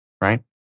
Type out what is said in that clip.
Right